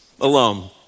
alone